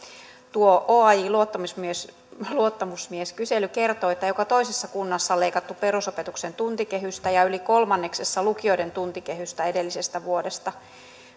tuo oajn luottamusmieskysely luottamusmieskysely kertoi että joka toisessa kunnassa on leikattu perusopetuksen tuntikehystä ja yli kolmanneksessa lukioiden tuntikehystä edellisestä vuodesta